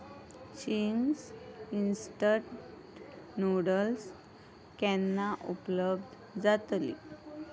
Ching's instant noodles केन्ना उपलब्ध जातली